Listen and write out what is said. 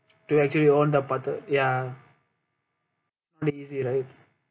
to actually own the Patek ya crazy right